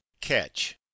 catch